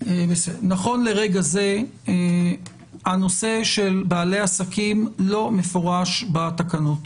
נכון לרגע זה הנושא של בעלי עסקים לא מפורש בתקנות